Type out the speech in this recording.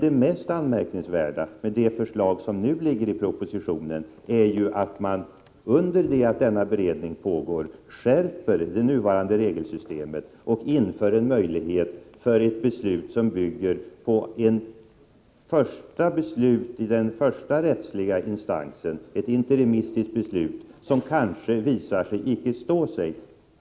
Det mest anmärkningsvärda med propositionens förslag är ju att man under det att denna beredning pågår skärper det nuvarande regelsystemet och inför en möjlighet för ett interimistiskt beslut, som bygger på i den första rättsliga instansen, kanske inte står sig